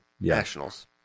nationals